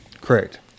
Correct